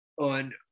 on